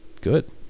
good